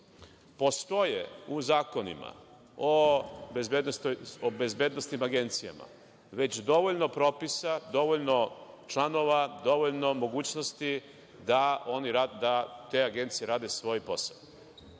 u zakonima o bezbednosnim agencijama već dovoljno propisa, dovoljno članova, dovoljno mogućnosti da te agencije rade svoj posao.